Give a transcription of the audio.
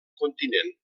continent